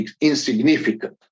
insignificant